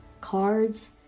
cards